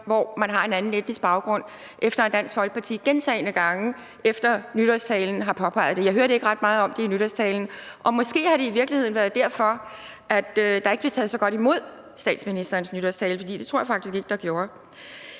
hvor man har en anden etnisk baggrund, efter at Dansk Folkeparti gentagne gange efter nytårstalen har påpeget det. Jeg hørte ikke ret meget om det i nytårstalen, og måske har det i virkeligheden været derfor, at der ikke blev taget så godt imod statsministerens nytårstale. For det tror jeg faktisk ikke at der